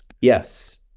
Yes